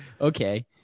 Okay